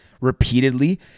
repeatedly